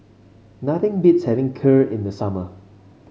nothing beats having Kheer in the summer